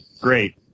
Great